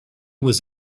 was